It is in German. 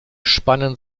spannen